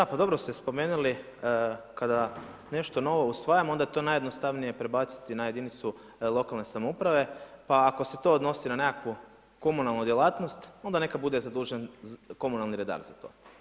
Da pa dobro ste spomenuli kada nešto novo usvajamo onda je to najjednostavnije prebaciti na jedinicu lokalne samouprave pa ako se to odnosi na nekakvu komunalnu djelatnost onda neka bude zadužen komunalni redar za to.